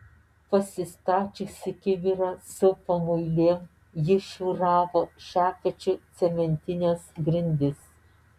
pasistačiusi kibirą su pamuilėm ji šiūravo šepečiu cementines grindis